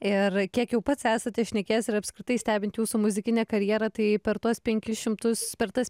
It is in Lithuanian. ir kiek jau pats esate šnekėjęs ir apskritai stebint jūsų muzikinę karjerą tai per tuos penkis šimtus per tas